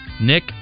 Nick